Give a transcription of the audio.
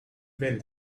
well